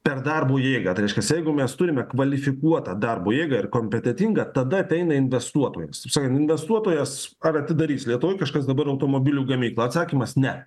per darbo jėgą tai reiškias jeigu mes turime kvalifikuotą darbo jėgą ir kompetentingą tada ateina investuotojas investuotojas ar atidarys lietuvoje kažkas dabar automobilių gamyklą atsakymas ne